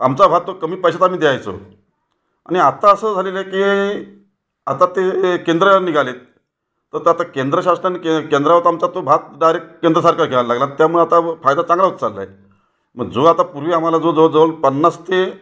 आमचा भात तो कमी पैशात आम्ही द्यायचो आणि आता असं झालेलं आहे की आता ते केंद्र निघाले आहेत तर तर आता केंद्र शासनाने के केंद्रावरचा आमचा तो भात डायरेक्ट केंद्र सरकार घ्यायला लागला त्यामुळे आता व फायदा चांगला होत चालला आहे मग जो आता पूर्वी आम्हाला जो जवळजवळ पन्नास ते